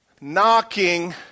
knocking